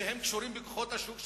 שקשורים לכוחות השוק,